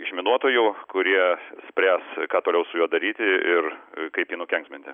išminuotojų kurie spręs ką toliau su juo daryti ir kaip jį nukenksminti